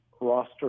roster